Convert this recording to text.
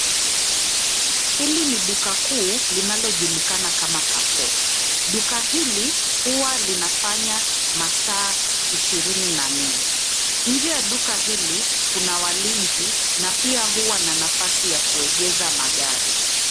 Hili ni duka kuu linalojulikana kama Carrefour. Duka hili huwa linafanya masaa ishirini na nne. Nje ya duka hili kuna walinzi na pia nafasi ya kuegesha magari.